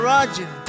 Roger